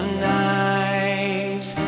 knives